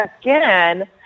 again